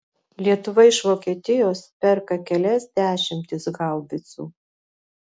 lietuva iš vokietijos perka kelias dešimtis haubicų